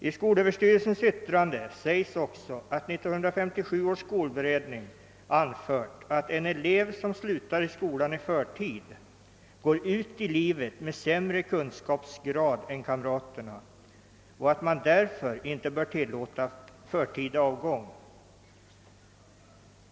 I skolöverstyrelsens yttrande sägs också att 1957 års skolberedning anfört att en elev som slutar skolan i förtid går ut i livet med sämre kunskapsgrund än kamraterna och att man därför inte bör tillåta förtida avgång.